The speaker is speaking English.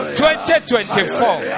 2024